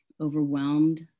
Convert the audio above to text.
overwhelmed